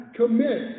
commit